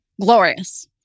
Glorious